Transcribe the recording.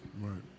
Right